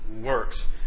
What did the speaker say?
works